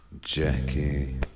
Jackie